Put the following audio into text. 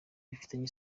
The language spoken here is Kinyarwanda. bifitanye